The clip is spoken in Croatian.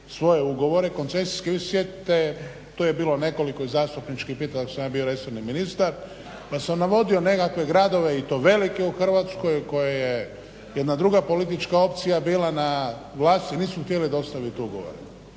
svoje ugovore koncesijske … tu je bilo nekoliko zastupničkih pitanja dok sam ja bio resorni ministar pa sam navodio nekakve gradove i to velike u Hrvatskoj koje je jedna druga politička opcija bila na vlasti, nisu htjele dostaviti ugovore.